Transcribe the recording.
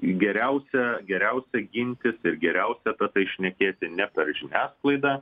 geriausia geriausia gintis ir geriausia apie tai šnekėti ne per žiniasklaidą